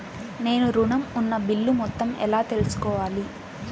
నేను ఋణం ఉన్న బిల్లు మొత్తం ఎలా తెలుసుకోవాలి?